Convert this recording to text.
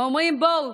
אומרים: בואו,